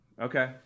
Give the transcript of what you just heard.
Okay